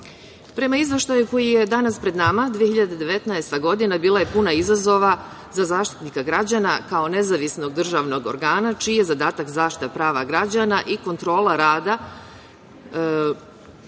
Izveštaju koji je danas pred nama, 2019. godina bila je puna izazova za Zaštitnika građana kao nezavisnog državnog organa, čiji je zadatak zaštita prava građana i kontrola rada